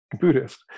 buddhist